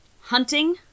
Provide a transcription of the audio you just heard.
Hunting